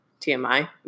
TMI